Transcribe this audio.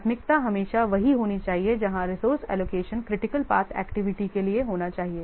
प्राथमिकता हमेशा वही होनी चाहिए जहां resource allocation critical path activity के लिए होना चाहिए